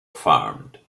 farmed